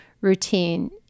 routine